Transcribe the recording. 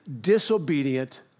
disobedient